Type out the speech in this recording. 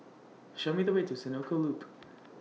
Show Me The Way to Senoko Loop